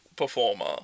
performer